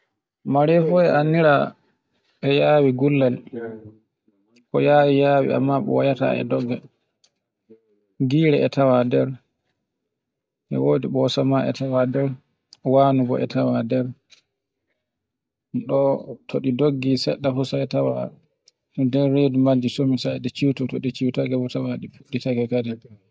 Marefu e anndinira e yawi gullal, Ko yawi yawi amma boyata e dogga, gire e tawa nder, e wodi bosama e tawa nder, wandu bo e tawa nder. Ɗo to ɗi doggi seɗɗa fu sai tawa nder redu majji somi sai ɗi cutake, ɗi cutake e ɗi tawa e ɗi fuɗɗitake kadin.